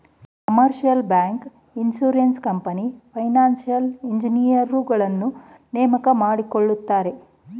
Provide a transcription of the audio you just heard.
commercial bank, insurance company, financial ಇಂಜಿನಿಯರುಗಳನ್ನು ನೇಮಕ ಮಾಡಿಕೊಳ್ಳುತ್ತಾರೆ